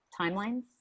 timelines